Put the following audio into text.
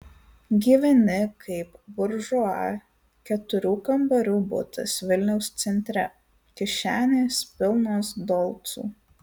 gyveni kaip buržua keturių kambarių butas vilniaus centre kišenės pilnos dolcų